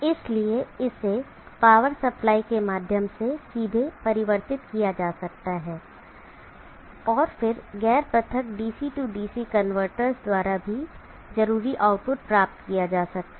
इसलिए इसे power supply के माध्यम से सीधे परिवर्तित किया जा सकता है और फिर गैर पृथक DC DC कन्वर्टर्स द्वारा भी जरूरी आउटपुट प्राप्त किया जा सकता है